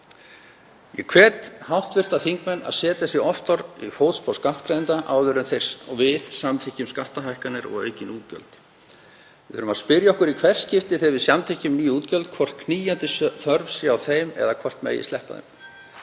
Ég hvet hv. þingmenn að setja sig oftar í fótspor skattgreiðenda áður en við samþykkjum skattahækkanir og aukin útgjöld. Við þurfum að spyrja okkur í hvert skipti þegar við samþykkjum ný útgjöld hvort knýjandi þörf sé á þeim eða hvort þeim megi sleppa.